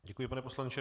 Děkuji, pane poslanče.